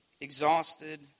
exhausted